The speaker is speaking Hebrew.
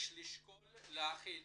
יש לשקול להכין